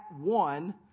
one